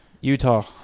Utah